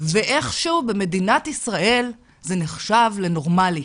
ואיכשהו במדינת ישראל זה נחשב לנורמלי.